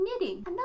knitting